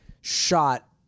shot